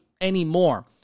anymore